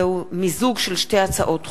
זהו מיזוג של שתי הצעות חוק,